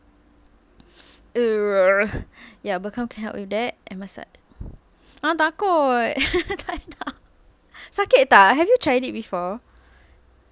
ya bekam can help you with that I takut sakit tak have you tried it before